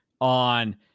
on